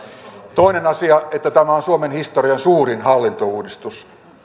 toinen asia on että tämä on suomen historian suurin hallintouudistus